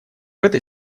этой